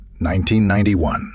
1991